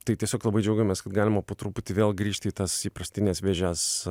tai tiesiog labai džiaugiamės kad galima po truputį vėl grįžti į tas įprastines vėžes